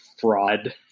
fraud